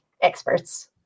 experts